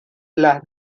las